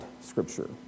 Scripture